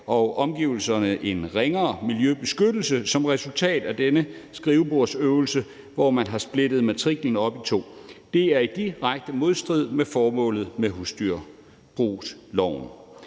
og omgivelserne en ringere miljøbeskyttelse som resultat af denne skrivebordsøvelse, hvor man har splittet matriklen op i to. Det er i direkte modstrid med formålet med husdyrbrugloven.